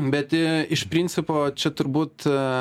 bet iš principo čia turbūt